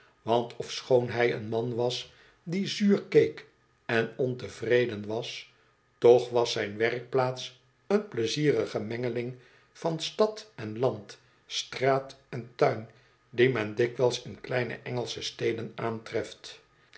want ofschoon hij een man was die zuur keek en ontevreden was toch was zijn werkplaats een pleizierige mengeling van stad en land straat en tuin die men dikwijls in kleine engelsche steden aantreft